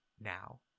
now